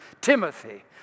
Timothy